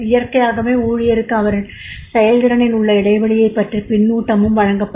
இயற்கையாகவே ஊழியருக்கு அவரின் செயல்திறனில் உள்ள இடைவெளியைப் பற்றிய பின்னூட்டமும் வழங்கப்படும்